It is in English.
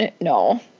no